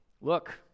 look